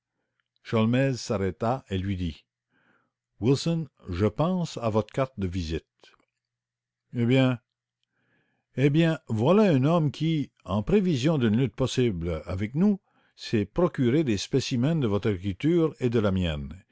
sholmès s'arrêta et lui dit wilson je pense à votre carte de visite eh bien eh bien voilà un homme qui en prévision d'une lutte possible avec nous s'est procuré des spécimens de votre écriture et de la mienne